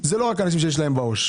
זה לא רק אנשים שיש להם בעו"ש.